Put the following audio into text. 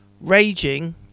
raging